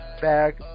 Bag